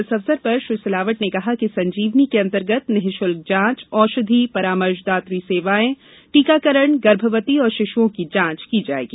इस अवसर पर श्री सिलावट ने कहा कि संजीवनी के अन्तर्गत निशुल्क जाँच औषधि परामर्शदात्री सेवाएं टीकाकरण गर्भवती और शिश्ञों की जाँच की जायेगी